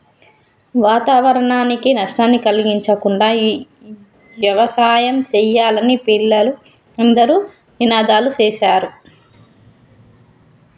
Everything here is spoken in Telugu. వాతావరణానికి నష్టాన్ని కలిగించకుండా యవసాయం సెయ్యాలని పిల్లలు అందరూ నినాదాలు సేశారు